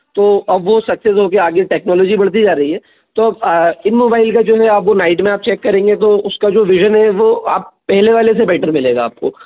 तो अब वो सक्सेस हो गया आगे टेक्नोलॉजी बढ़ती जा रही है तो इन मोबाइल का जो है नाईट मोड चेक करेंगे तो उसका जो विजन है वो पहले वाले से बैटर मिलेगा आपको